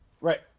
right